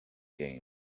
game